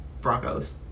Broncos